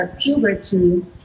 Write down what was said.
puberty